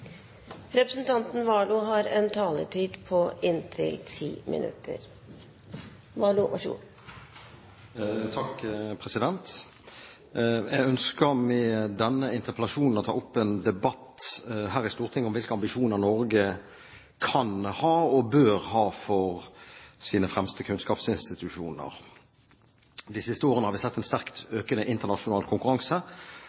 representanten Solveig Horne trukket forslag nr. 2. Flere har ikke bedt om ordet til sak nr. 4. Jeg ønsker med denne interpellasjonen å ta opp en debatt her i Stortinget om hvilke ambisjoner Norge kan ha og bør ha for sine fremste kunnskapsinstitusjoner. De siste årene har vi sett en sterkt